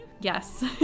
Yes